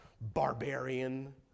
barbarian